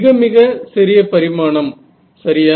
மிக மிக சிறிய பரிமாணம் சரியா